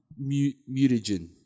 mutagen